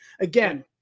again